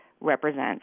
represents